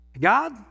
God